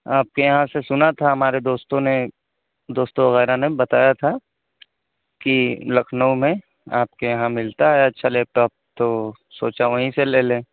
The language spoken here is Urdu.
آپ کے یہاں سے سنا تھا ہمارے دوستوں نے دوستوں وغیرہ نے بتایا تھا کہ لکھنؤ میں آپ کے یہاں ملتا ہے اچھا لیپٹاپ تو سوچا وہیں سے لے لیں